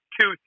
two